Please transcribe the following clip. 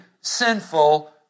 sinful